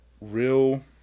real